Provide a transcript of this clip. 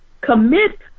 commit